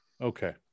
Okay